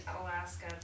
Alaska